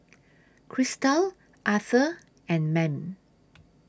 Kristal Arthur and Mame